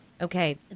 Okay